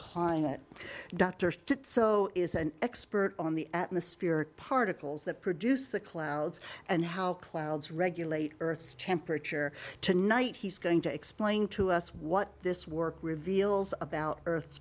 climate doctors so is an expert on the atmospheric particles that produce the clouds and how clouds regulate earth's temperature tonight he's going to explain to us what this work reveals about earth